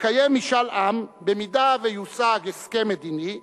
לקיים משאל עם אם יושג הסכם מדיני,